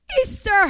Easter